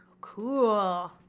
Cool